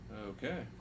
Okay